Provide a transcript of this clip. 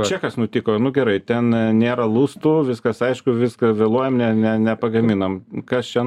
čia kas nutiko nu gerai ten nėra lustų viskas aišku viską vėluojam ne ne nepagaminam kas čia